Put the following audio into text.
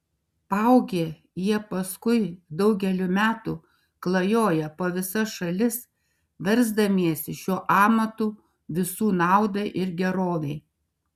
paaugę jie paskui daugelį metų klajoja po visas šalis versdamiesi šiuo amatu visų naudai ir gerovei